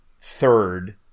third